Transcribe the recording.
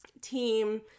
team